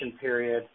period